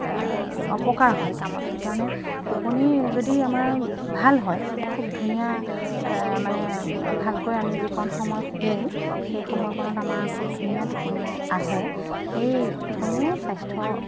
অপকাৰ হয় কামত সেইকাৰণে টোপনি যদি আমাৰ ভাল হয় খুব ধুনীয়া মানে ভালকৈ আমি যিকণ সময় শুওঁ সেই সময়কণত আমাৰ খুব ধুনীয়া টোপনি আহে সেই টোপনিয়ে স্বাস্থ্য